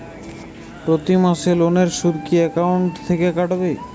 প্রতি মাসে লোনের সুদ কি একাউন্ট থেকে কাটবে?